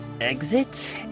exit